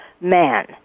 man